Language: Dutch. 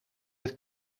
het